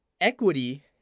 Equity